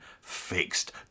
fixed